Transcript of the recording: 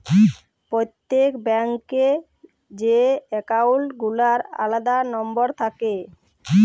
প্রত্যেক ব্যাঙ্ক এ যে একাউল্ট গুলার আলাদা লম্বর থাক্যে